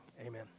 amen